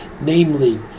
Namely